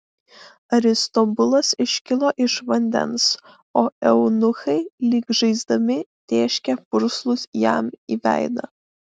aristobulas iškilo iš vandens o eunuchai lyg žaisdami tėškė purslus jam į veidą